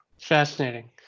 Fascinating